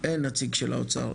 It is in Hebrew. אין נציג של האוצר.